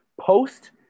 post